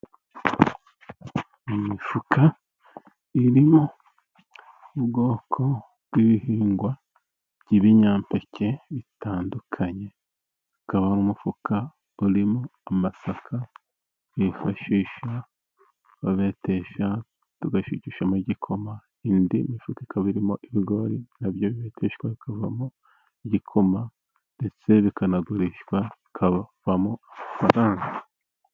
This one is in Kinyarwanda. Mu imifuka irimo ubwoko bw'ibihingwa, by'ibinyampeke bitandukanye, hakaba n umufuka urimo amasaka, bifashisha ba betesha bagashigisha igikoma, indi mifuka ikaba irimo ibigori nabyo biseshwa bikavamo igikoma, ndetse bikanagurishwa, bikabavamo amafaranga.